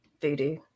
voodoo